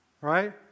Right